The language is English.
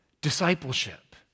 discipleship